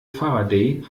faraday